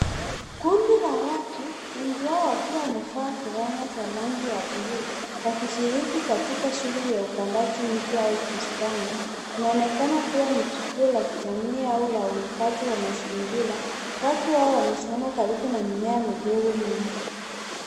Kundi la watu wengi wao wakiwa wamevaa fulana za rangi ya bluu wakishiriki katika shughuli ya upandaji miti au bustani. Inaonekana kuwa ni tukio la kijamii au la uhifadhi wa mazingira. Watu hao wamesimama karibu na mimea midogo mingi.